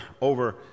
over